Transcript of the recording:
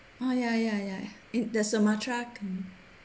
oh ya ya ya in the sumatra